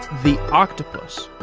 the octopus,